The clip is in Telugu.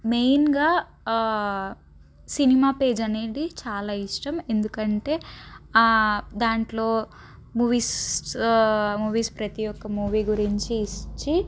మెయిన్గా సినిమా పేజీ అనేది చాలా ఇష్టం ఎందుకంటే ఆ దాంట్లో మూవీస్ మూవీస్ ప్రతి ఒక్క మూవీ గురించి ఇచ్చి